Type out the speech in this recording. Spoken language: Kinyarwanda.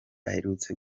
aherutse